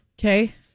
Okay